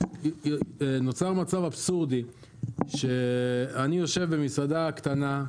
נוצר מצב אבסורדי שאני יושב במסעדה קטנה,